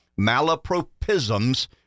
malapropisms